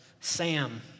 Sam